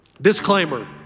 Disclaimer